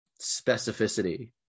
specificity